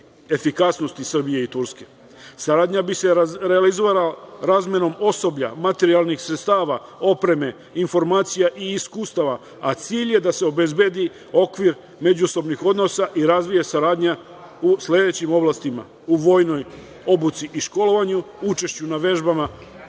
efikasnosti Srbije i Turske. Saradnja bi se realizovala razmenom osoblja, materijalnih sredstava, opreme, informacija i iskustava, a cilj je da se obezbedi okvir međusobnih odnosa i razvije saradnja u sledećim oblastima. U oblastima vojne obuke i školovanja, učešću na vežbama